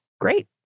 great